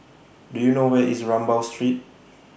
Do YOU know Where IS Rambau Street